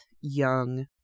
young